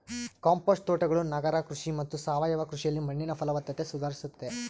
compost ತೋಟಗಳು ನಗರ ಕೃಷಿ ಮತ್ತು ಸಾವಯವ ಕೃಷಿಯಲ್ಲಿ ಮಣ್ಣಿನ ಫಲವತ್ತತೆ ಸುಧಾರಿಸ್ತತೆ